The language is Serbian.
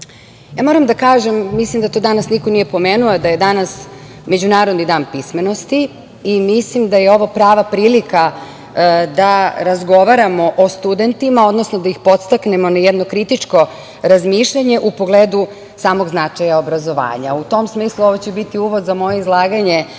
života. Moram da kažem, mislim da to danas niko nije pomenuo, da je danas Međunarodni dan pismenosti i mislim da je ovo prava prilika da razgovaramo o studentima, odnosno da ih podstaknemo na jedno kritičko razmišljanje u pogledu samog značaja obrazovanja. U tom smislu, ovo će biti uvod za moje izlaganje